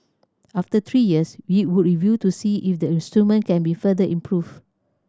after three years we would review to see if the instrument can be further improved